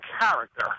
character